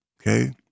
okay